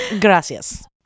Gracias